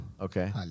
okay